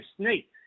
snake